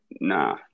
Nah